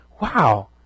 wow